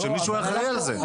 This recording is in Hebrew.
שמישהו יהיה אחראי על זה.